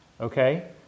Okay